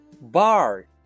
Bar